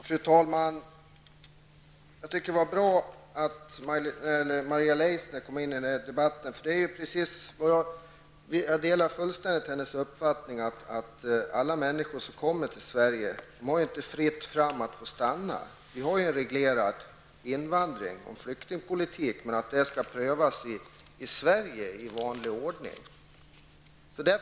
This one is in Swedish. Fru talman! Jag tycker att det är bra att Maria Leissner kom in i den här debatten. Jag delar fullständigt hennes uppfattning att det inte är fritt fram för alla människor som kommer till Sverige att få stanna här. Vi har enligt vår flyktingpolitik en reglerad invandring, men ansökningarna skall prövas i vanlig ordning i Sverige.